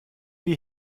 wir